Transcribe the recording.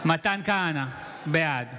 מתן כהנא, בעד